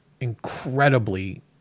incredibly